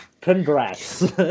Congrats